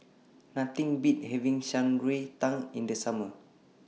Nothing Beats having Shan Rui Tang in The Summer